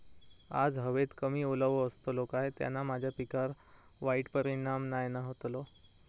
आज हवेत कमी ओलावो असतलो काय त्याना माझ्या पिकावर वाईट परिणाम नाय ना व्हतलो?